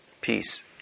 Peace